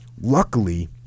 luckily